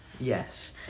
Yes